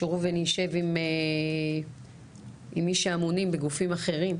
שראובן ישב עם מי שאמונים בגופים אחרים,